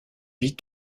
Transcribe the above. vit